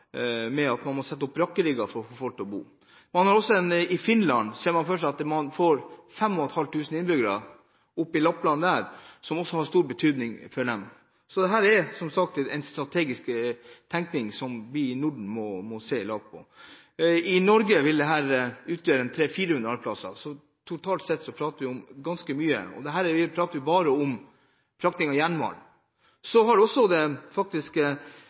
i Lappland – ser man for seg at man får 5 500 innbyggere, som har stor betydning for dem. Dette er en strategisk tenkning som vi i Norden må se på i lag. I Norge vil dette utgjøre 300–400 arbeidsplasser. Totalt sett prater vi om ganske mye – og her prater vi bare om frakt av jernmalm. Så har også Kinas nest største godsselskap, Sintrans, vært i kontakt og ønsker å bruke banen og få en kapasitet på banen som gjør at man kan frakte varer den veien. Det